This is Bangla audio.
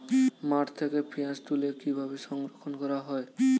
মাঠ থেকে পেঁয়াজ তুলে কিভাবে সংরক্ষণ করা হয়?